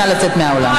נא לצאת מהאולם.